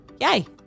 Yay